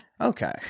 okay